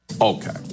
okay